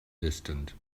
distant